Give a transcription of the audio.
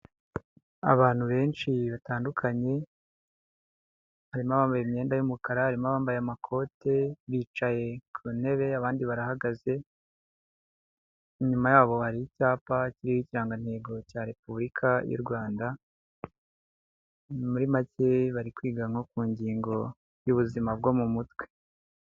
Abantu benshi batandukanye, harimo abambaye imyenda y'umukara, harimo abambaye amakote, bicaye ku ntebe, abandi barahagaze, inyuma yabo hari icyapa kiriho ikirangantego cya repubulika y'u Rwanda, muri make bari kwiga nko ku ngingo y'ubuzima bwo mu mutwe.